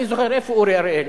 אני זוכר, איפה אורי אריאל?